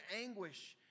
anguish